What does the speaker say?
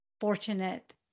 fortunate